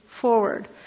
forward